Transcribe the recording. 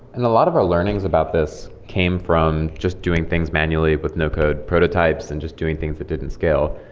and a lot of our learnings about this came from just doing things manually with no code prototypes and just doing things that didn't scale.